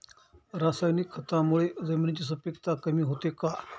रासायनिक खतांमुळे जमिनीची सुपिकता कमी होते का?